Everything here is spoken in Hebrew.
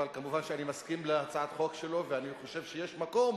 אבל מובן שאני מסכים להצעת חוק שלו ואני חושב שיש מקום